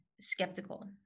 skeptical